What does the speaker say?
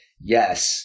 Yes